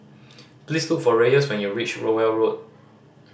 please look for Reyes when you reach Rowell Road